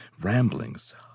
ramblings